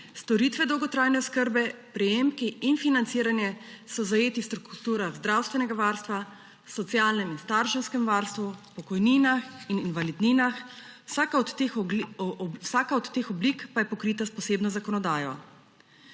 Storitve dolgotrajne oskrbe, prejemki in financiranje so zajeti v strukturah zdravstvenega varstva, socialnem in starševskem varstvu, pokojninah in invalidninah, vsaka od teh oblik pa je pokrita s posebno zakonodajo.